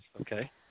Okay